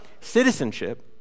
citizenship